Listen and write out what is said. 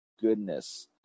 goodness